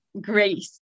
grace